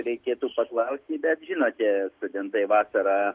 reikėtų paklausti bet žinote studentai vasarą